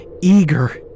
eager